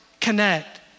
connect